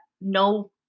no